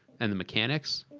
and the mechanics.